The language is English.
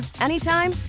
anytime